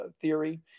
theory